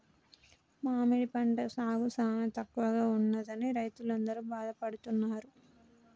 మామిడి పంట సాగు సానా తక్కువగా ఉన్నదని రైతులందరూ బాధపడుతున్నారు